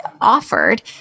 offered